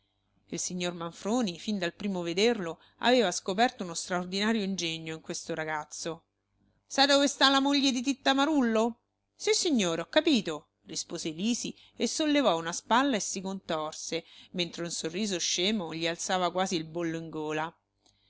il signor manfroni fin dal primo vederlo aveva scoperto uno straordinario ingegno in questo ragazzo sai dove sta la moglie di titta marullo sissignore ho capito rispose lisi e sollevò una spalla e si contorse mentre un sorriso scemo gli alzava quasi il bollo in gola